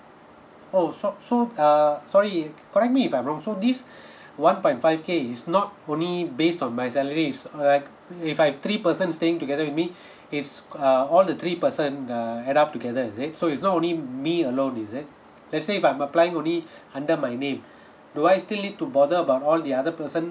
oh so so uh sorry correct me if I'm wrong so this one point five K is not only based on my salary is all right if I've three person staying together with me it's uh all the three person uh add up together is it so it's not only me alone is it let's say if I'm applying only under my name do I still need to bother about all the other person